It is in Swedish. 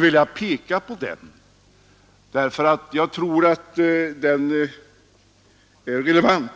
vill peka på.